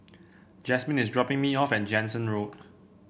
Jasmine is dropping me off at Jansen Road